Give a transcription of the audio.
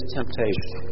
temptation